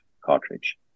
cartridge